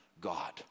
God